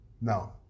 no